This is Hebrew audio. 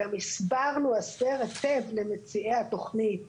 וגם הסברתם למציעי התוכנית